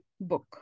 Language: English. book